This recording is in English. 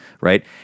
right